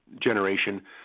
generation